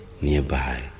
nearby